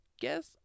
guess